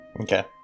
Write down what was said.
Okay